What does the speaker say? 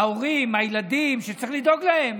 ההורים, הילדים, שצריך לדאוג להם